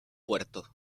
puerto